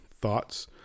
thoughts